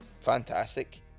fantastic